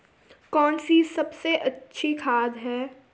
कौन सी सबसे अच्छी खाद है?